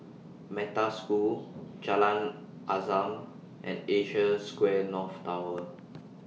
Metta School Jalan Azam and Asia Square North Tower